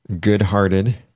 good-hearted